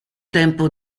tempo